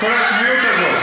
כל הצביעות הזאת,